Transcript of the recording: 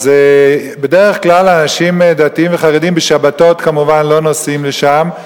בדרך כלל אנשים דתיים וחרדים בשבתות כמובן לא נוסעים לשם,